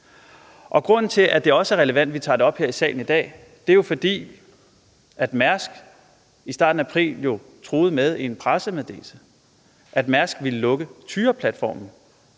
Grunden til, at det er relevant, at vi tager det op her i salen i dag, er også, at Mærsk i starten af april i en pressemeddelelse truede med, at Mærsk ville lukke Tyraplatformen,